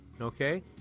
Okay